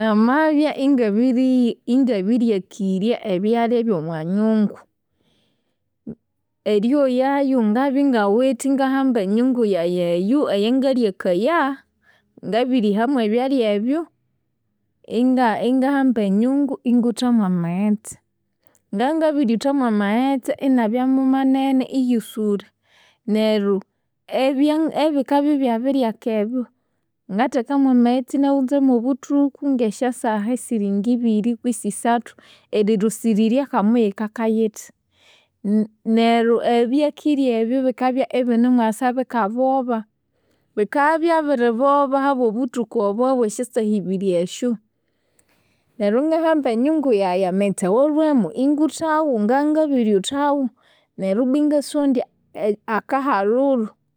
Namabya ingabiri ingabiryakirya obyalya byomwanyungu, eryoyayu ngabya ingawithe ingahamba enyungu yayi eyu eyangalyakaya. Ngabirihamu ebyalya ebu, ingahamba enyungu inguthamu amaghetse. Ngabya ngabirithamu amaghetse, inabyamu manene iyisulha. Neryo ebya ebikabya ibyabiryaka ebyu, ngathekamu amagheste inaghunzamu obuthuku ngesyasaha esiri ngibiri kwisi isathu erilhusirirya ngamuyikaka yithi. Neryo ebyakirya ebyu, bikabya ibinimwasa bikaboba. Bikabya byabiriboba ahabwobuthuku obo, ahabwa esyasaha ibiri esyu, neryo ingahamba enyungu yayi, amaghetse awalhwemu inguthaghu, ngabya ngabiryuthaghu, neryo ibwa ingasondya akahalhulhu.